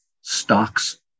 stocks